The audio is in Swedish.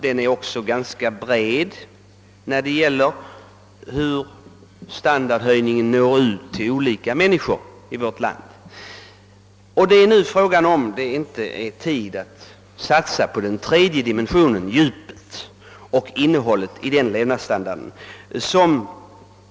Den höga levnadsstandarden är också ganska bred; den har nått ut till de flesta människor i vårt land. Frågan är emellertid, om det nu inte är tid att satsa på den tredje dimensionen: djupet och innehållet i den levnadsstandarden.